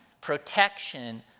protection